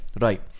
Right